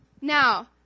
Now